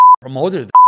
promoted